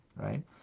right